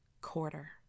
quarter